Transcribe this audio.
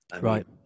right